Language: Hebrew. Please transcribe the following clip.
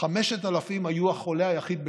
5,000 היו החולה היחיד בכיתתם,